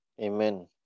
Amen